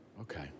okay